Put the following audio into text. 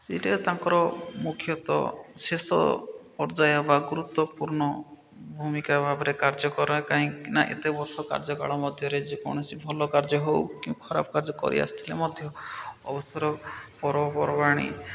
ସେଇଟା ତାଙ୍କର ମୁଖ୍ୟତଃ ଶେଷ ପର୍ଯ୍ୟାୟ ବା ଗୁରୁତ୍ୱପୂର୍ଣ୍ଣ ଭୂମିକା ଭାବରେ କାର୍ଯ୍ୟ କରା କାହିଁକି ନା ଏତେ ବର୍ଷ କାର୍ଯ୍ୟକାଳ ମଧ୍ୟରେ ଯେକୌଣସି ଭଲ କାର୍ଯ୍ୟ ହଉ କି ଖରାପ କାର୍ଯ୍ୟ କରିଆସିଥିଲେ ମଧ୍ୟ ଅବସର ପର୍ବପର୍ବାଣି